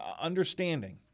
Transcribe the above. understanding